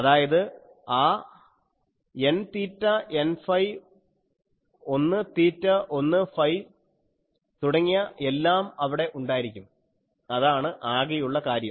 അതായത് ആ n theta n phi 1 theta 1 phi തുടങ്ങിയ എല്ലാം അവിടെ ഉണ്ടായിരിക്കും അതാണ് ആകെയുള്ള കാര്യം